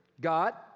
God